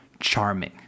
charming